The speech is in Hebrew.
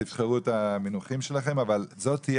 תבחרו את המינוחים שלכם אבל זאת תהיה